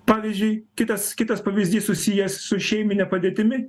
pavyzdžiui kitas kitas pavyzdys susijęs su šeimine padėtimi